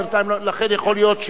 לכן יכול להיות,